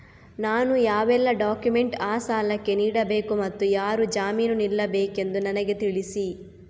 ನಾನು ಯಾವೆಲ್ಲ ಡಾಕ್ಯುಮೆಂಟ್ ಆ ಸಾಲಕ್ಕೆ ನೀಡಬೇಕು ಮತ್ತು ಯಾರು ಜಾಮೀನು ನಿಲ್ಲಬೇಕೆಂದು ನನಗೆ ತಿಳಿಸಿ?